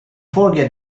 forget